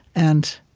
and